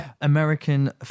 American